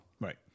Right